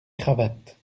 cravates